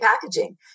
packaging